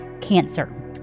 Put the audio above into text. cancer